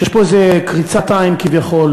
שיש פה איזו קריצת עין כביכול,